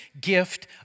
gift